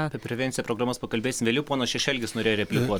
apie prevenciją programas pakalbėsim vėliau ponas šešelgis norėjo replikuoti